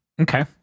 Okay